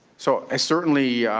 so i certainly